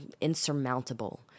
insurmountable